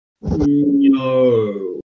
No